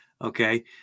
Okay